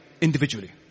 individually